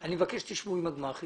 אני מבקש שתשבו עם הגמ"חים